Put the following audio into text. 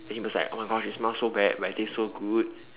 then he was like oh my gosh it smells so bad but it tastes so good